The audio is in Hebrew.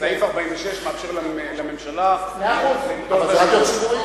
סעיף 46 מאפשר לממשלה, את השידור.